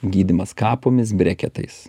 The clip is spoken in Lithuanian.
gydymas kapomis breketais